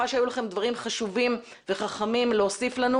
להתייחס ואני בטוחה שהיו לכם דברים חשובים וחכמים להוסיף לנו.